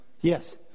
Yes